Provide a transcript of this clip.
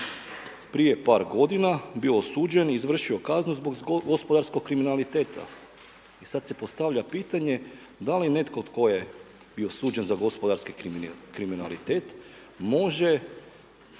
prije par godina bio osuđen i izvršio kaznu zbog gospodarskog kriminaliteta. I sad se postavlja pitanje da li netko tko je bio suđen za gospodarski kriminalitet može